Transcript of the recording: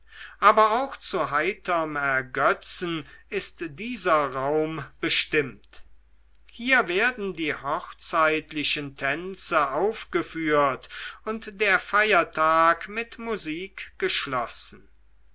aber auch zu heiterm ergötzen ist dieser raum bestimmt hier werden die hochzeitlichen tänze aufgeführt und der feiertag mit musik geschlossen